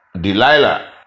delilah